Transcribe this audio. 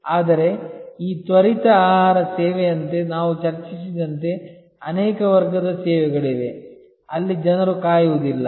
ಆದರೆ ಈ ತ್ವರಿತ ಆಹಾರ ಸೇವೆಯಂತೆ ನಾವು ಚರ್ಚಿಸಿದಂತೆ ಅನೇಕ ವರ್ಗದ ಸೇವೆಗಳಿವೆ ಅಲ್ಲಿ ಜನರು ಕಾಯುವುದಿಲ್ಲ